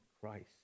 Christ